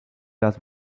las